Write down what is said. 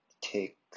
take